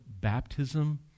baptism